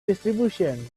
distribution